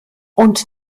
und